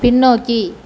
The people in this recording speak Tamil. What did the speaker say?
பின்னோக்கி